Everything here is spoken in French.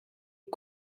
est